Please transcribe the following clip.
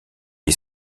est